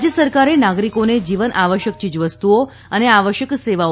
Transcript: રાજ્ય સરકારે નાગરિકોને જીવન આવશ્યક ચીજવસ્તુઓ અને આવશ્યક સેવાઓ